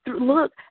Look